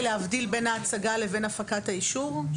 הכוונה היא להבדיל בין ההצגה לבין הפקת האישור?